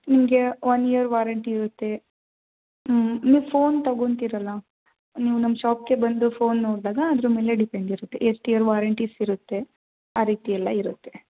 ನಿಮಗೆ one year warranty ಇರುತ್ತೆ ಹ್ಞೂ ನೀವು ಫೋನ್ ತಗೊತೀರಲ್ಲ ನೀವು ನಮ್ಮ ಶಾಪ್ಗೆ ಬಂದು ಫೋನ್ ನೋಡಿದಾಗ ಅದ್ರ ಮೇಲೆ ಡಿಪೆಂಡ್ ಇರುತ್ತೆ ಎಷ್ಟು ಇಯರ್ ವಾರಂಟೀಸ್ ಇರುತ್ತೆ ಆ ರೀತಿಯೆಲ್ಲ ಇರುತ್ತೆ